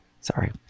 sorry